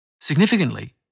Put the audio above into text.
Significantly